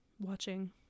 Watching